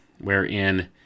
wherein